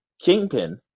Kingpin